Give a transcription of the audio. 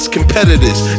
Competitors